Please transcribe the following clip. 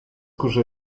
kurze